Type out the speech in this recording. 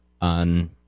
on